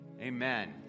amen